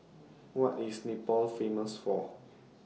What IS Nepal Famous For